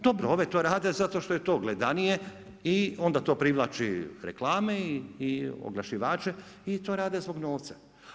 Dobro, ove to rade zato što je to gledanije i onda to privlači reklame i oglašivače i to rade zbog novca.